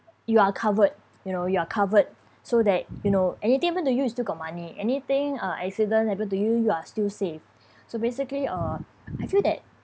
you are covered you know you are covered so that you know anything happen to you you still got money anything uh accidents happen to you you are still save so basically uh I feel that